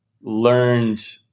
learned